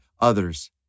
others